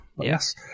Yes